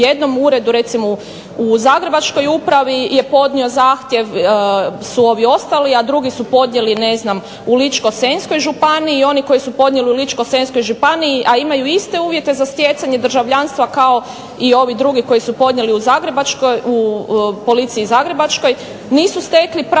u jednom uredu recimo u zagrebačkoj upravi, je podnio zahtjev su ovi ostali a drugi su podnijeli u Ličko-senjskoj županiji i oni koji su podnijeli u Ličko-senjskoj županiji a imaju iste uvjete za stjecanje državljanstva kao i ovi drugi koji su podnijeli u Zagrebačkoj u policiji Zagrebačkoj nisu stekli pravo,